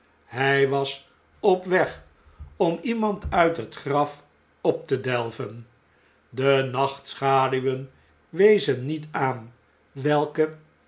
hij was op weg om iemand uit zijn graf op te delven de nachtschaduwen wezen niet aan welke